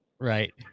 Right